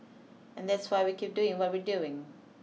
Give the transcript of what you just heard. and that's why we keep doing what we're doing